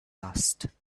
asked